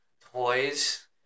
Toys